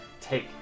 take